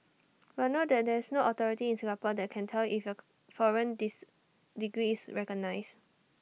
but note that there's no authority in Singapore that can tell you if your foreign dis degree is recognised